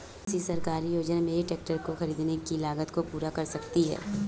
कौन सी सरकारी योजना मेरे ट्रैक्टर को ख़रीदने की लागत को पूरा कर सकती है?